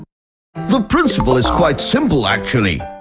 the principle is quite simple actually.